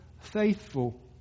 faithful